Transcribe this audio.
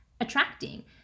attracting